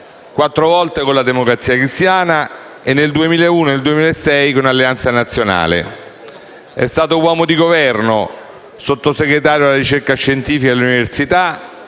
quattro volte con la Democrazia Cristiana e, nel 2001 e nel 2006, con Alleanza Nazionale. È stato uomo di Governo, Sottosegretario alla ricerca scientifica e all'università,